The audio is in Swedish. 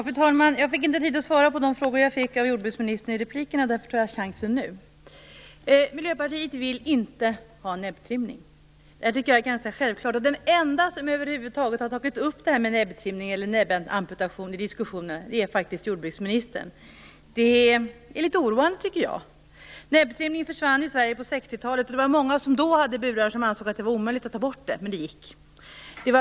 Fru talman! Jag fick inte tid att svara på de frågor jag fick av jordbruksministern i replikerna. Därför tar jag chansen nu. Miljöpartiet vill inte ha näbbtrimning. Det tycker jag är ganska självklart. Den enda som över huvud taget har tagit upp det här med näbbtrimning eller näbbamputation i diskussionerna är faktiskt jordbruksministern. Det är litet oroande, tycker jag. Många som hade burar ansåg då att det var omöjligt att ta bort detta, men det gick.